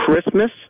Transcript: Christmas